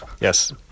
Yes